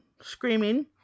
screaming